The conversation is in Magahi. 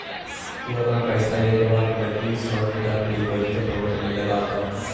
तु अपना पइसा एक बार लगी शॉर्ट टर्म डिपॉजिट अकाउंट में लगाऽ दे